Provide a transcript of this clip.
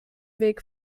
weg